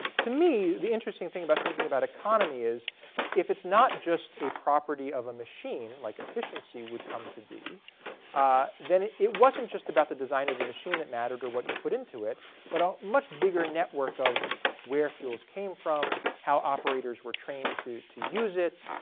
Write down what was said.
to me the interesting thing about thinking about economy is if its not just a property of a machine like efficiency would come to be then it it wasn't just about the design of the machine that mattered or what you put into it but a much bigger network of where fuels came from, how operators were trained to to use it,